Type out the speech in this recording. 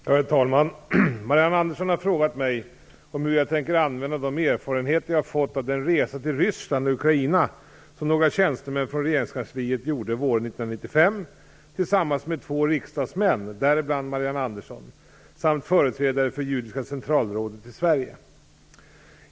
Herr talman! Marianne Andersson har frågat mig hur jag tänker använda de erfarenheter jag fått av den resa till Ryssland och Ukraina som några tjänstemän från regeringskansliet gjorde våren 1995 tillsammans med två riksdagsmän, däribland Marianne Andersson, samt företrädare för Judiska Centralrådet i Sverige.